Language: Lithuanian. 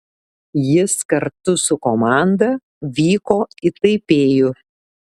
jis kartu su komanda vyko į taipėjų